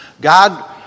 God